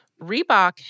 Reebok